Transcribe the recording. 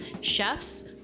chefs